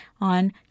on